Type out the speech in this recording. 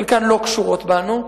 חלקן לא קשורות בנו,